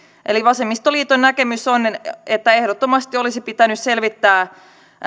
eli vasemmistoliiton näkemys on että ehdottomasti olisi pitänyt selvittää